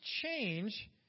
change